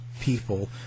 people